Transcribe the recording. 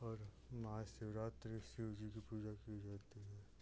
और महा शिवरात्रि शिव जी की पूजा की जाती है